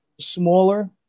smaller